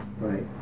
Right